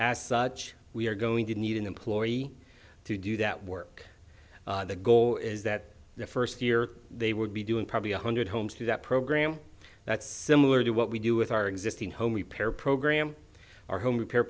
as such we are going to need an employee to do that work the goal is that the first year they would be doing probably one hundred homes through that program that's similar to what we do with our existing home repair program our home repair